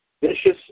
Vicious